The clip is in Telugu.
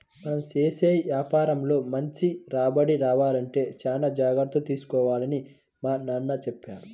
మనం చేసే యాపారంలో మంచి రాబడి రావాలంటే చానా జాగర్తలు తీసుకోవాలని మా నాన్న చెప్పారు